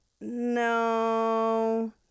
no